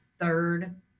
third